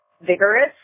vigorous